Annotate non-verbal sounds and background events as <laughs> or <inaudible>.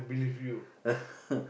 <laughs>